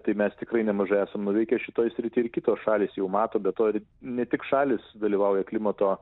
tai mes tikrai nemažai esam nuveikę šitoj srity ir kitos šalys jau mato be to ir ne tik šalys dalyvauja klimato